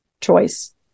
choice